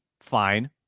fine